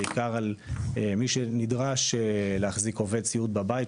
בעיקר על מי שנדרש להחזיק עובד סיעוד בבית,